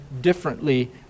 differently